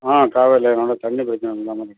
ஆ காவேரியில் நல்லா தண்ணி பிரச்சின இல்லாமல் இருக்